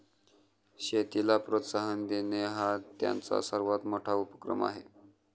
शेतीला प्रोत्साहन देणे हा त्यांचा सर्वात मोठा उपक्रम आहे